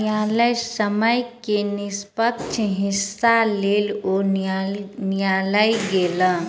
न्यायसम्य के निष्पक्ष हिस्साक लेल ओ न्यायलय गेला